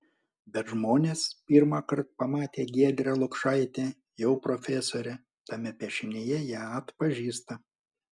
bet žmonės pirmąkart pamatę giedrę lukšaitę jau profesorę tame piešinyje ją atpažįsta